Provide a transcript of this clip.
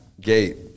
gate